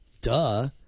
Duh